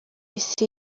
isi